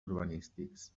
urbanístics